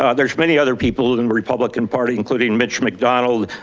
ah there's many other people in the republican party including mitch mcdonald,